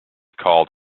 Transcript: called